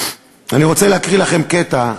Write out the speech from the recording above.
אני רוצה להקריא לכם קטע,